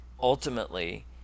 ultimately